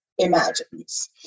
imagines